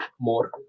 more